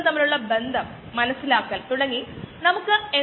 ഒരു ബയോ റിയാക്ടറിൽ നിന്ന് എല്ലാ ഓർഗാനിസത്തിനെയും എങ്ങനെ നീക്കംചെയ്യും